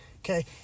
Okay